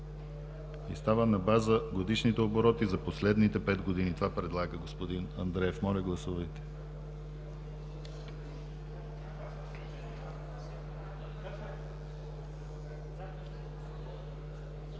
и става: „на база годишните обороти за последните пет години”. Това предлага господин Андреев. Моля, гласувайте.